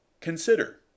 Consider